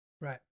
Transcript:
Right